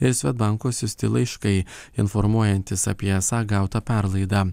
ir svedbanko siųsti laiškai informuojantys apie esą gautą perlaidą